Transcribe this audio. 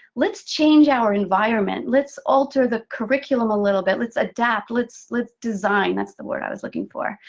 let's change our environment. let's alter the curriculum a little bit. let's adapt. let's let's design. that's the word i was looking for.